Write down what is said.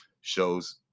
shows